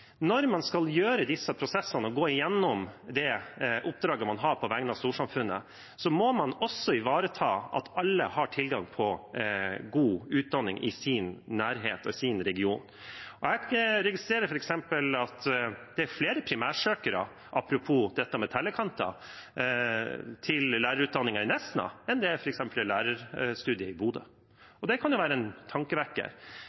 når man skal ha disse prosessene og gå gjennom oppdraget man har på vegne av storsamfunnet, må man også ivareta at alle har tilgang på god utdanning i sin nærhet, i sin region. Jeg registrerer f.eks. at det er flere primærsøkere, apropos tellekanter, til lærerutdanningen i Nesna enn f.eks. til lærerstudiet i Bodø. Det kan være en tankevekker, og det er noe styret ved Nord universitet bør vektlegge i